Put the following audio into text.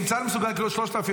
אם צה"ל מסוגל לקלוט 3,000,